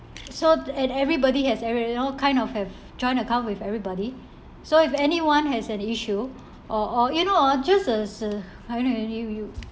so and everybody has everybody and all kind of have joint account with everybody so if anyone has an issue or or you know ah just a a I you